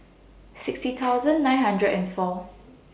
sixty thousand nine hundred and four